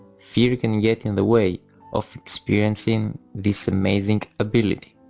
fear can get in the way of experiencing this amazing ability.